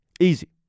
Easy